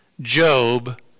Job